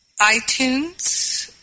iTunes